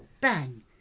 bang